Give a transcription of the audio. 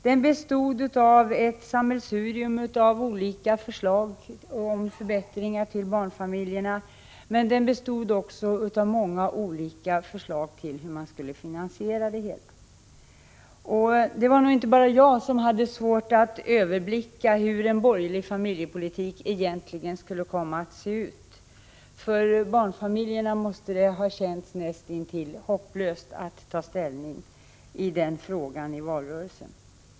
Den bestod av ett sammelsurium av olika förslag till förbättringar till barnfamiljerna, men den bestod också av många olika förslag till hur det hela skulle finansieras. Det var nog inte bara jag som hade svårt att överblicka hur en borgerlig familjepolitik egentligen skulle komma att se ut. För barnfamiljerna måste det ha känts näst intill hopplöst att ta ställning i den frågan under valrörelsen.